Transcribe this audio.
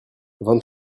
vingt